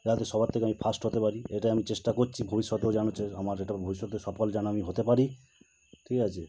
যাতে সবার থেকে আমি ফাস্ট হতে পারি এটা আমি চেষ্টা করছি ভবিষ্যতেও যেন চেয়ে আমার আর এটা ভবিষ্যতে সফল যেন আমি হতে পারি ঠিক আছে